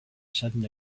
sudden